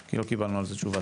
כי לא קיבלנו על זה תשובה.